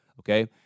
Okay